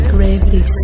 Gravity